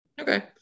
Okay